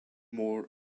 more